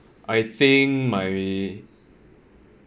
I think my